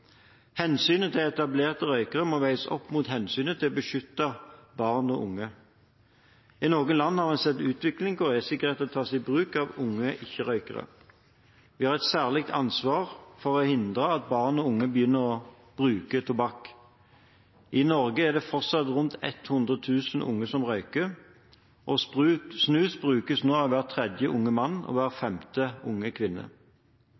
Hensynet til etablerte røykere må veies opp mot hensynet til å beskytte barn og unge. I noen land har man sett en utvikling hvor e-sigaretter tas i bruk av unge ikke-røykere. Vi har et særlig ansvar for å hindre at barn og unge begynner å bruke tobakk. I Norge er det fortsatt rundt 100 000 unge som røyker, og snus brukes nå av hver tredje unge mann og hver femte unge kvinne.